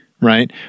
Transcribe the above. right